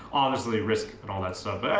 honestly, risk and all that stuff,